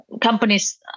Companies